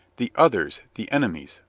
the others, the enemies,